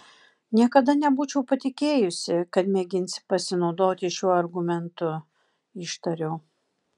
niekada nebūčiau patikėjusi kad mėginsi pasinaudoti šiuo argumentu ištariau